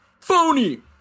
Phony